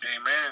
Amen